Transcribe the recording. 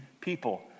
people